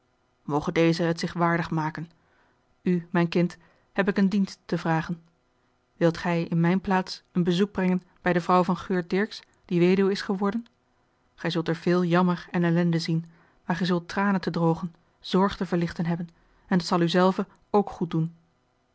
moge deze het zich waardig maken u mijn kind heb ik een dienst te vragen wilt gij in mijne plaats een bezoek brengen bij de vrouw van geurt dirksz die weduwe is geworden gij zult er veel jammer en ellende zien maar gij zult tranen te drogen zorg te verlichten hebben en dat zal u zelve ook goed doen